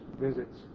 visits